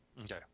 Okay